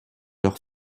leur